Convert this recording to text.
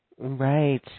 Right